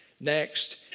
Next